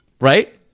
Right